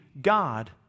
God